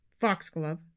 Foxglove